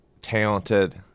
talented